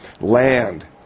land